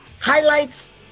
Highlights